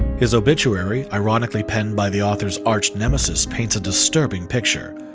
his obituary, ironically penned by the author's arch nemesis, paints a disturbing picture.